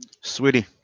sweetie